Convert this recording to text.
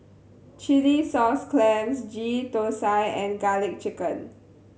Chilli Sauce Clams Gheeh Thosai and Garlic Chicken